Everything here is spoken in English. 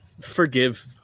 forgive